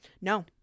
no